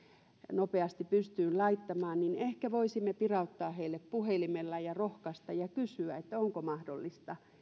nopeasti pystyyn laittamaan ehkä voisimme pirauttaa puhelimella ja rohkaista heitä ja kysyä onko mahdollista